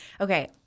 Okay